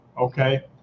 okay